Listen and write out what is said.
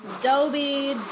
Dobby